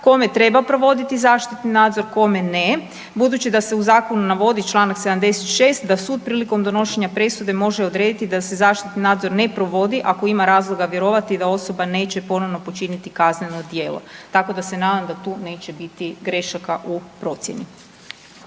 kome treba provoditi zaštiti nadzor kome ne, budući da se u zakonu navodi Članak 76. da sud prilikom donošenja presude može odrediti da se zaštitni nadzor ne provodi ako ima razloga vjerovati da osoba neće ponovo počiniti kazneno djelo. Tako da se nadam da tu neće biti grešaka u procjeni.